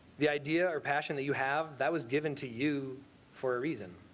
the idea or passion that you have that was given to you for a reason.